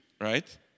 right